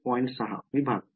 ०६ विभाग